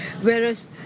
Whereas